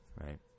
Right